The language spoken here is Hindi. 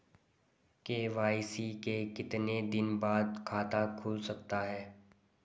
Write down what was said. के.वाई.सी के कितने दिन बाद खाता खुल सकता है?